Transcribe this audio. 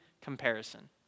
comparison